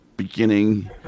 beginning